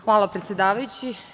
Hvala, predsedavajući.